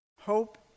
hope